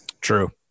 True